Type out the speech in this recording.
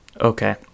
Okay